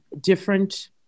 different